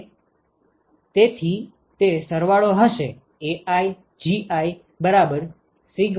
તેથી તે સરવાળો હશે AiGij1NAjFjiJi બરાબર